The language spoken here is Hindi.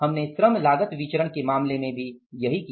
हमने श्रम लागत विचरण के मामले में भी यही किया